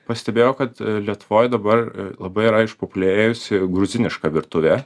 pastebėjau kad lietuvoj dabar labai yra išpopuliarėjusi gruziniška virtuvė